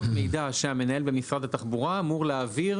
מידע שהמנהל במשרד התחבורה אמור להעביר,